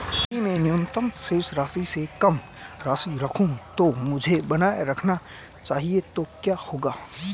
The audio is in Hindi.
यदि मैं न्यूनतम शेष राशि से कम राशि रखूं जो मुझे बनाए रखना चाहिए तो क्या होगा?